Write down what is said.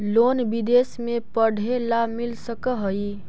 Loan विदेश में पढ़ेला मिल सक हइ?